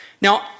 Now